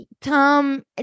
Tom